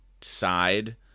side